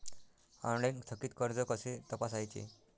Online थकीत कर्ज कसे तपासायचे?